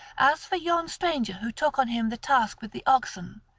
as for yon stranger who took on him the task with the oxen,